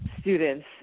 students